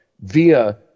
via